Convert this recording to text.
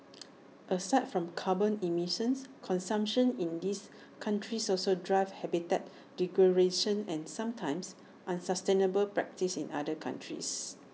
aside from carbon emissions consumption in these countries also drives habitat degradation and sometimes unsustainable practices in other countries